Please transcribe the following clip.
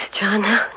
John